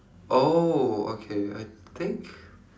oh okay I think